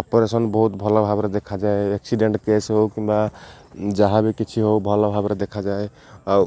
operation ବହୁତ ଭଲ ଭାବରେ ଦେଖାଯାଏ ଆକ୍ସିଡ଼େଣ୍ଟ୍ କେସ୍ ହଉ କିମ୍ବା ଯାହାବି କିଛି ହଉ ଭଲ ଭାବରେ ଦେଖାଯାଏ ଆଉ